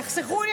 תחסכו לי.